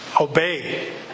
Obey